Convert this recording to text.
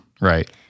Right